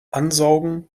ansaugen